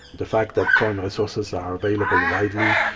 the fact that thorium sources are available widely,